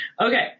Okay